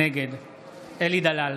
נגד אלי דלל,